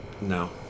No